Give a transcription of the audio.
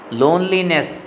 loneliness